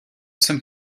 some